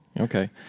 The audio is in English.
Okay